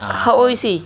how old is he